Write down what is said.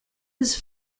his